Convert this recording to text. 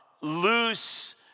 loose